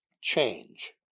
change